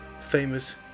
famous